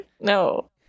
No